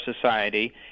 society